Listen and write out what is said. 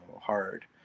hard